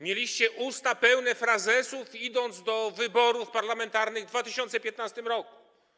Mieliście usta pełne frazesów, idąc do wyborów parlamentarnych w 2015 r.